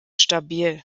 stabil